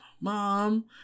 Mom